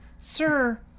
sir